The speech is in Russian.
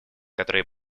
которые